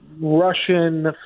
Russian